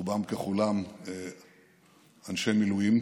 רובם ככולם אנשי מילואים